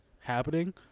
happening